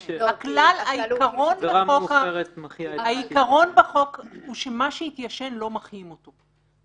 העיקרון בחוק הוא שמה שהתיישן לא מחיים אותו.